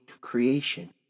creation